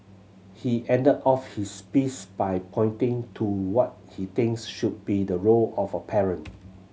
he ended off his piece by pointing to what he thinks should be the role of a parent